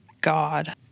God